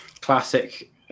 classic